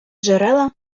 джерела